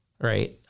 Right